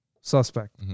suspect